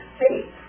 faith